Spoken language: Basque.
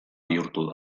bihurtu